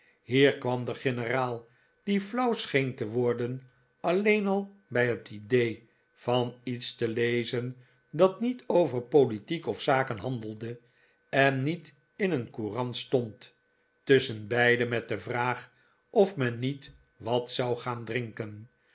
hier kwam de generaal die flauw scheen te worden alleen al bij het idee van iets te lezen dat niet over politiek of zaken handelde en niet in een courant stond tusschenbeide met de vraag of men niet wat zou gaan drinken